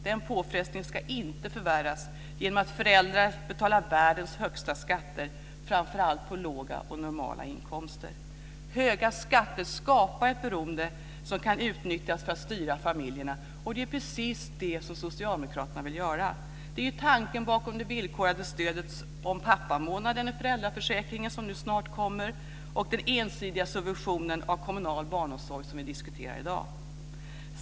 Den påfrestningen ska inte förvärras genom att föräldrar betalar världens högsta skatter, framför allt på låga och normala inkomster. Höga skatter skapar ett beroende som kan utnyttjas för att styra familjerna. Det är precis det som Socialdemokraterna vill göra. Det är ju tanken bakom det villkorade stödet till pappamånaden i föräldraförsäkringen som nu snart kommer och den ensidiga subventionen av kommunal barnomsorg som vi diskuterar i dag.